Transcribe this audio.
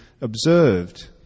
observed